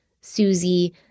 susie